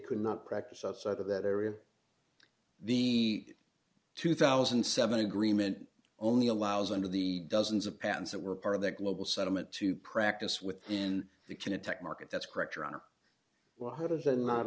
could not practice outside of that area the two thousand and seven agreement only allows under the dozens of patents that were part of the global settlement to practice with in the can attack market that's correct your honor well how does that not